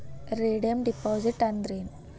Redeem deposit ಅಂದ್ರೇನ್?